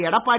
Edappadi